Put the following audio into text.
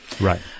Right